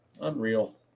Unreal